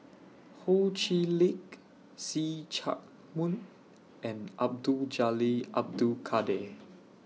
Ho Chee Lick See Chak Mun and Abdul Jalil Abdul Kadir